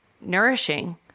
nourishing